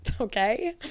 Okay